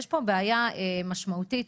יש פה בעיה משמעותית.